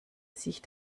sich